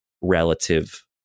relative